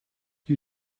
you